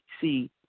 See